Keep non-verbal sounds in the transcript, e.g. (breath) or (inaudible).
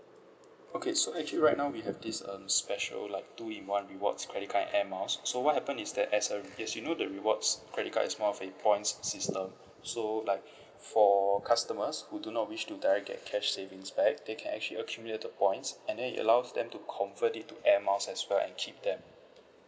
okay so actually right now we have this um special like two in one rewards credit card and air miles so what happen is that as a as you know the rewards credit cards is more of a point system so like (breath) for customers who do not wish to direct get cash savings back they can actually accumulate the points and then it allows them to convert it to air miles as well and keep them